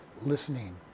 listening